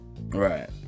right